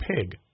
pig